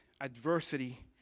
adversity